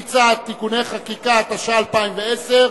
פקיד סעד (תיקוני חקיקה), התשע"א 2010,